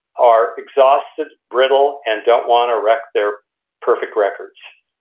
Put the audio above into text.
are exhausted, brittle, and don't want to wreck their perfect records.